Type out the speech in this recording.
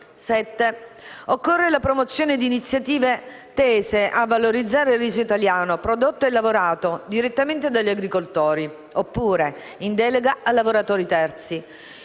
Occorre promuovere iniziative tese a valorizzare il riso italiano prodotto e lavorato direttamente dagli agricoltori (oppure, in delega a lavoratori terzi).